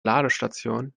ladestation